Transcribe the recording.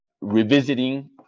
revisiting